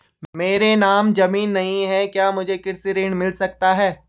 मेरे नाम ज़मीन नहीं है क्या मुझे कृषि ऋण मिल सकता है?